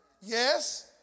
yes